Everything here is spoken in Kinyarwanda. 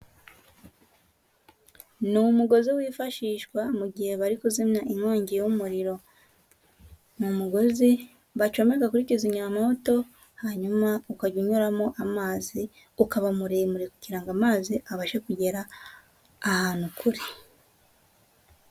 Ni umugozi wifashishwa mu gihe bari kuzimya inkongi y'umuriro. Ni umugozi bacomeka kuri kizimyamwoto, hanyuma ukajya unyuramo amazi, ukaba muremure kugira ngo amazi abashe kugera ahantu kure.